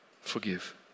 Forgive